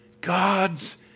God's